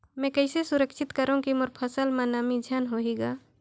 मैं कइसे सुरक्षित करो की मोर फसल म नमी झन होही ग?